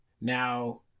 Now